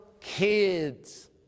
kids